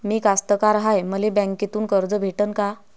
मी कास्तकार हाय, मले बँकेतून कर्ज भेटन का?